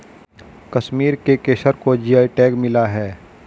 कश्मीर के केसर को जी.आई टैग मिला है